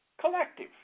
collective